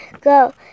Go